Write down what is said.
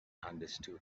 understood